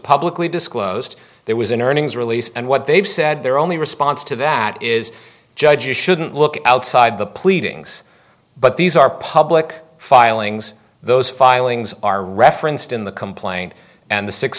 publicly disclosed there was an earnings release and what they've said they're only response to that is judges shouldn't look outside the pleadings but these are public filings those filings are referenced in the complaint and the six